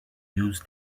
use